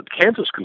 Kansas